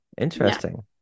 interesting